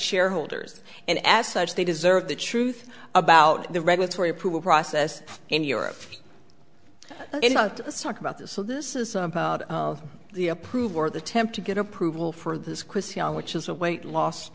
shareholders and as such they deserve the truth about the regulatory approval process in europe it's not just talk about this so this is about the approval or the temp to get approval for this quiz which is a weight loss